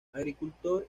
agricultor